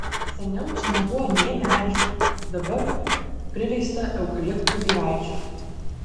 seniau čia nebuvo nė medžių dabar priveista eukaliptų giraičių